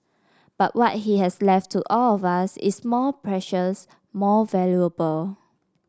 but what he has left to all of us is more precious more valuable